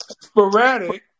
Sporadic